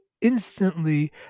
instantly